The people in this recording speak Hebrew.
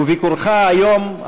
וביקורך היום,